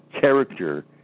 character